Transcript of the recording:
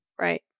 Right